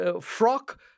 frock